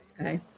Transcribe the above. Okay